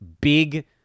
big